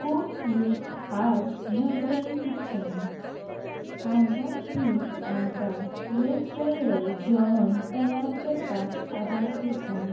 cook with heart Navrang kitchen हांगा ती आमकां वेगवेगळें जेवण तयार करपाक आदार करतात